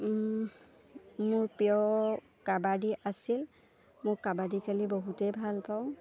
মোৰ প্ৰিয় কাবাডী আছিল মোৰ কাবাডী খেলি বহুতেই ভাল পাওঁ